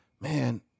man